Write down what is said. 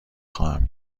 خواهم